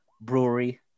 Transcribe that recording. brewery